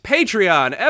Patreon